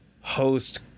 host